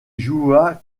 joua